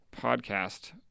podcast